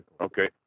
Okay